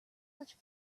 such